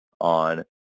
on